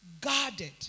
guarded